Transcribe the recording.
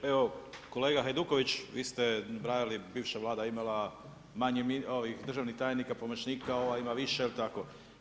Evo kolega Hajduković, vi ste nabrajali, bivša Vlada je imala manji državnih tajnika, pomoćnika, ova ima više jel tako?